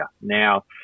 Now